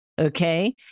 okay